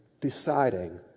deciding